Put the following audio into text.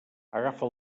agafa